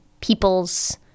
people's